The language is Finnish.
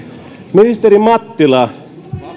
ministeri mattila